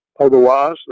Otherwise